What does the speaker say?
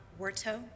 Warto